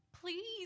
Please